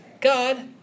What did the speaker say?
God